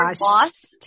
lost